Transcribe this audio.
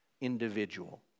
individual